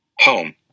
Home